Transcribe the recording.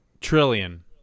trillion